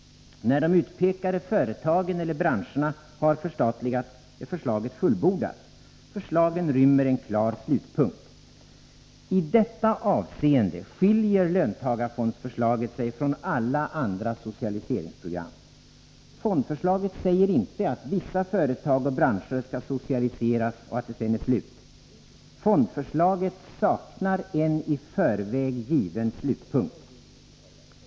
När de utpekade företagen eller branscherna har förstatligats, är förslaget fullbordat. Förslagen rymmer en klar slutpunkt. I detta avseende skiljer löntagarfondsförslaget sig från alla andra socialiseringsprogram. Fondförslaget säger inte att vissa företag och branscher skall socialiseras och att det sedan är slut. Fondförslaget saknar en i förväg given slutpunkt.